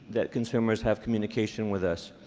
that consumers have communication with us.